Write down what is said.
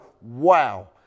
wow